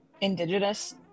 indigenous